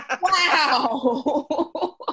Wow